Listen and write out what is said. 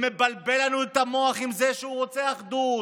ומבלבל לנו את המוח עם זה שהוא רוצה אחדות,